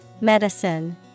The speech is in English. Medicine